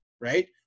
right